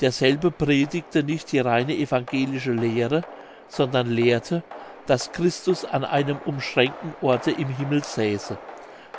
derselbe predigte nicht die reine evangelische lehre sondern lehrte daß christus an einem umschränkten orte im himmel säße